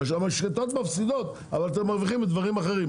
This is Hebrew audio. המשחתות מפסידות אבל אתם מרוויחים בדברים אחרים.